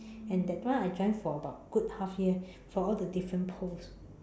and that time I join for about good half year for all the different pose